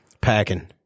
Packing